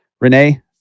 Renee